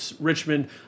Richmond